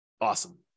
Awesome